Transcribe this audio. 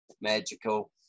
magical